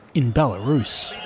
in belarus.